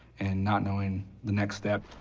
and not knowing the next step.